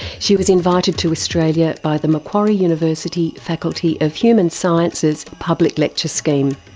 she was invited to australia by the macquarie university, faculty of human sciences public lecture scheme.